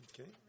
Okay